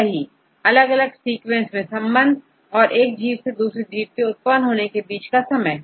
सही अलग अलग सीक्वेंसेस में संबंध तथा एक जीव से दूसरे जीव के उत्पन्न होने के बीच का समय